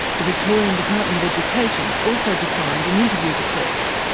the victorian department of education also declined an interview request,